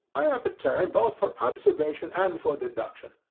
i have a turn both for observation and for deduction.